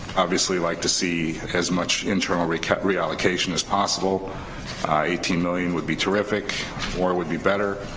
obviously like to see as much internal recovery allocation as possible eighteen million would be terrific or would be better,